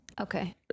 Okay